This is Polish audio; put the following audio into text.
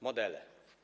Modele.